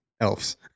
elves